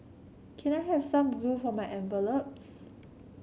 can I have some glue for my envelopes